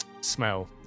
smell